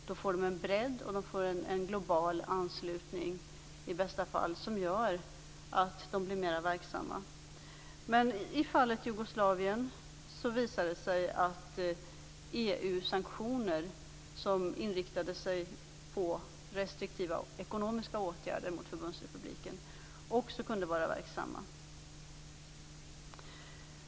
De får då en bredd och i bästa fall en global anslutning, som gör dem mer verksamma. Men i fallet Jugoslavien visar det sig att EU sanktioner som inriktade sig på restriktiva ekonomiska åtgärder mot förbundsrepubliken också kunde vara verksamma.